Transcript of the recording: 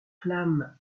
flammes